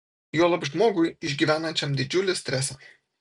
juolab žmogui išgyvenančiam didžiulį stresą